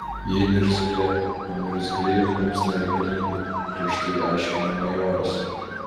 ji niurzglė o niurzgliai mums nereikalingi griežtai aiškino majoras